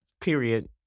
Period